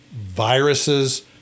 viruses